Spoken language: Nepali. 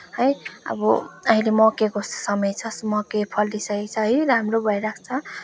है अब अहिले मकैको समय छ मकै फलिसकेको छ है राम्रो भइरहेको छ